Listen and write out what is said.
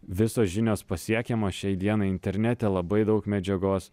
visos žinios pasiekiamos šiai dienai internete labai daug medžiagos